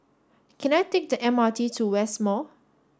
can I take the M R T to West Mall